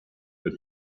but